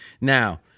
Now